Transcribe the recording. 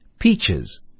peaches